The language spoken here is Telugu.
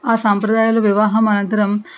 ఆ సాంప్రదాయాలు వివాహం అనంతరం